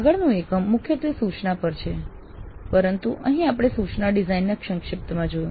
આગળનું એકમ મુખ્યત્વે સૂચના પર છે પરંતુ અહીં આપણે સૂચના ડિઝાઇન ને સંક્ષિપ્તમાં જોઈ